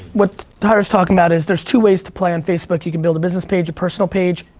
what tyra's talking about is there's two ways to play on facebook, you can build a business page, a personal page,